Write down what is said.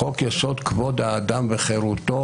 חוק יסוד: כבוד האדם וחירותו,